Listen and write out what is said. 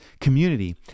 community